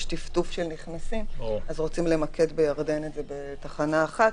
טפטוף של נכנסים אז רוצים למקד את זה בירדן בתחנה אחת.